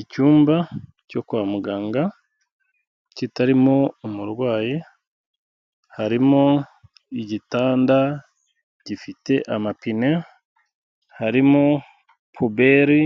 Icyumba cyo kwa muganga kitarimo umurwayi, harimo igitanda gifite amapine, harimo puberi